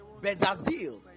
Bezazil